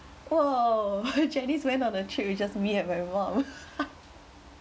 !whoa! janice went on a trip with just me and my mum